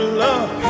love